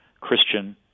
Christian